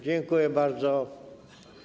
Dziękuję bardzo.